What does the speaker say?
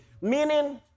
meaning